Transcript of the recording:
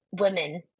women